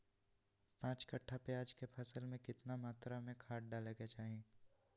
पांच कट्ठा प्याज के फसल में कितना मात्रा में खाद डाले के चाही?